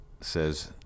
says